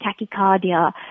tachycardia